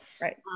Right